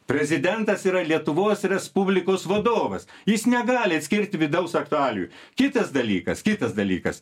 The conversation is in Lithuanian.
prezidentas yra lietuvos respublikos vadovas jis negali atskirti vidaus aktualijų kitas dalykas kitas dalykas